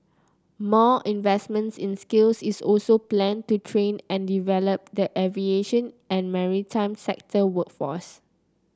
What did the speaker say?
more investment in skills is also planned to train and develop the aviation and maritime sector workforce